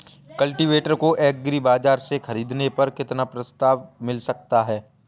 Cultivator को agri बाजार से ख़रीदने पर कितना प्रस्ताव मिल सकता है?